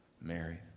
Mary